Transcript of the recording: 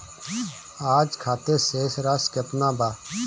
आज खातिर शेष राशि केतना बा?